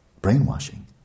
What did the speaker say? brainwashing